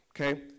okay